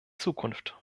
zukunft